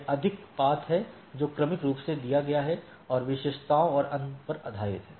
यह अधिक पथ है जो क्रमिक रूप से दिया गया है और विशेषताओं और अन्य पर आधारित है